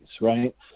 right